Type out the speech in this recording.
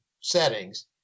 settings